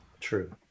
True